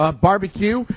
Barbecue